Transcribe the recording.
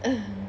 um